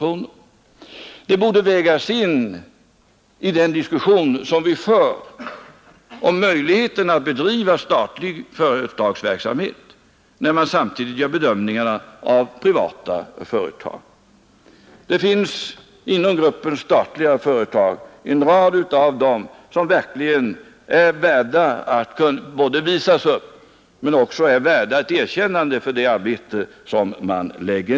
Detta borde vägas in i den diskussion som vi för om möjligheten att bedriva statlig företagsverksamhet, när man samtidigt gör bedömningarna av privata företag. Det finns inom gruppen statliga företag en hel rad, som inte bara är värda att visas upp utan som också är värda ett erkännande för det arbete som där nedläggs.